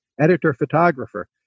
editor-photographer